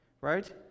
right